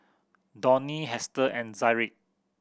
Donny Hester and Zaire